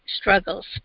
struggles